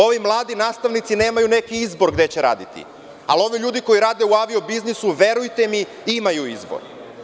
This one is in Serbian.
Ovi mladi nastavnici nemaju neki izbor gde će raditi, ali ovi ljudi koji rade u avio-biznisu, verujte mi, imaju izbora.